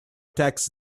tax